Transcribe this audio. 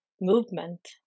movement